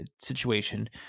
situation